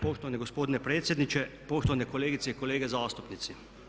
Poštovani gospodine predsjedniče, poštovane kolegice i kolege zastupnici.